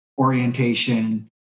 orientation